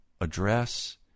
address